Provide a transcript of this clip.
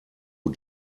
who